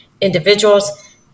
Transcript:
individuals